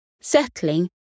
settling